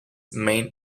main